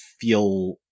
feel